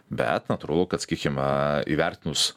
bet natūralu kad sakykim įvertinus